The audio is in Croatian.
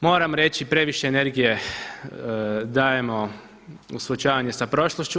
Moram reći previše energije dajemo u suočavanju sa prošlošću.